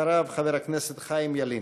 אחריו, חבר הכנסת חיים ילין.